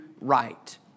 right